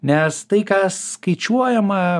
nes tai kas skaičiuojama